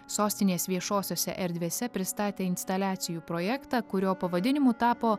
sostinės viešosiose erdvėse pristatė instaliacijų projektą kurio pavadinimu tapo